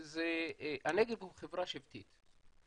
הנגב הוא חברה שבטית,